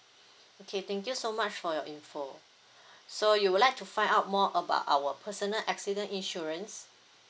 okay thank you so much for your information so you would like to find out more about our personal accident insurance